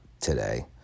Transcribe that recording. today